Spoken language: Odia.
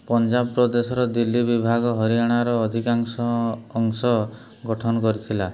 ପଞ୍ଜାବ ପ୍ରଦେଶର ଦିଲ୍ଲୀ ବିଭାଗ ହରିୟାଣାର ଅଧିକାଂଶ ଅଂଶ ଗଠନ କରିଥିଲା